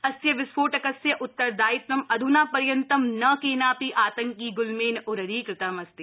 अस्य विस्फोटकस्य उत्तरदायित्वं अध्ना पर्यन्तं न केनापि आतङ्किग्ल्मेन उररीकृतमस्ति